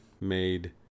made